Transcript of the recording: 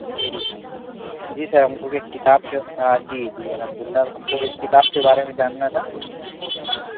جی جی سر ہم کو بھی کتاب کے جی جی الحمدللہ ہم کو بھی ایک کتاب کے بارے میں جاننا تھا